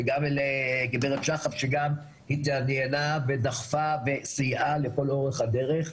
וגם לגברת שחף שהתעניינה ודחפה וסייעה לאורך הדרך,